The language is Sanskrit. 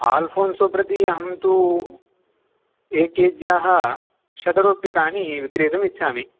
आल्फ़ोन्सो प्रति अहं तु एकेभ्यः शतरूप्यकाणि विक्रियतुम् इच्छामि